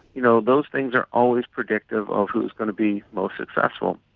you know those things are always predictive of who is going to be most successful.